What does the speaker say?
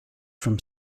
from